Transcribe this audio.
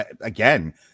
again